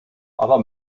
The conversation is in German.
aber